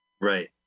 Right